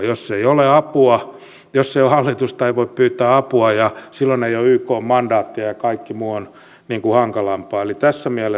jos ei ole hallitusta ei voi pyytää apua ja silloin ei ole ykn mandaattia ja kaikki muu on hankalampaa